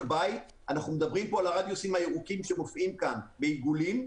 בית אנחנו מדברים על הרדיוסים הירוקים שמופיעים כאן בעיגולים,